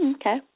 Okay